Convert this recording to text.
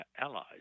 allies